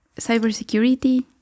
cybersecurity